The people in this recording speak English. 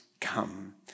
come